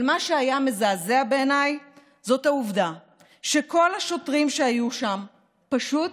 אבל מה שהיה מזעזע בעיניי זאת העובדה שכל השוטרים שהיו שם פשוט